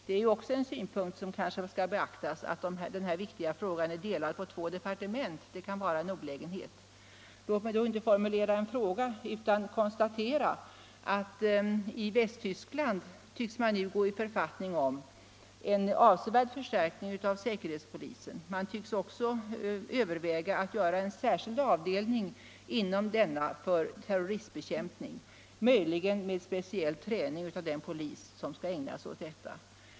Att den här viktiga frågan är uppdelad på två de — gen partement är också en synpunkt att beakta. Det kan vara en olägenhet. Låt mig i stället för att formulera en fråga konstatera att Västtyskland nu tycks gå i författning om att avsevärt förstärka säkerhetspolisen och även överväga att inrätta en särskild avdelning inom denna för terroristbekämpning, möjligen med speciell träning av den polis som skall ägna sig åt detta.